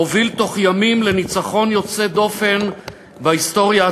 הוביל בתוך ימים לניצחון יוצא דופן בהיסטוריה הצבאית,